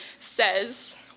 says